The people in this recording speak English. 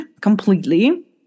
completely